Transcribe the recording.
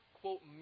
quote